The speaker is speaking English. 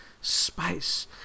space